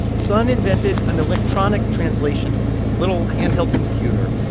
son invented an electronic translation device, little handheld computer.